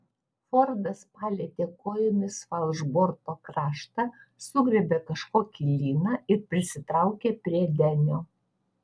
fordas palietė kojomis falšborto kraštą sugriebė kažkokį lyną ir prisitraukė prie denio